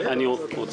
זאת